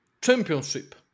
championship